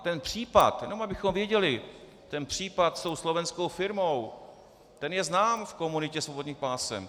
Ten případ jenom abychom věděli ten případ s tou slovenskou firmou, ten je znám v komunitě svobodných pásem.